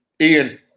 Ian